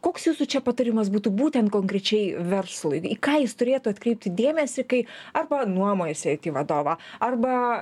koks jūsų čia patarimas būtų būten konkrečiai verslui į ką jis turėtų atkreipti dėmesį kai arba nuomojasi vadovą arba